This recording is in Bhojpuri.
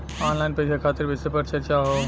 ऑनलाइन पैसा खातिर विषय पर चर्चा वा?